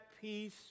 peace